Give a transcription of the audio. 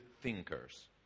thinkers